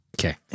Okay